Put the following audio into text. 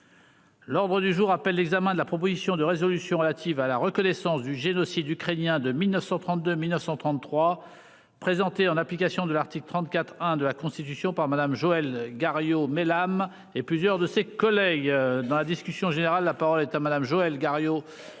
L'ordre du jour appelle l'examen de la proposition de résolution relative à la reconnaissance du génocide ukrainien de 1932 1933 présenté en application de l'article 34 1 de la Constitution par Madame, Joëlle Gariod mais âme et plusieurs de ses collègues dans la discussion générale. La parole est à madame Joël Guerriau